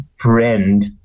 friend